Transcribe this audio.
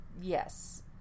Yes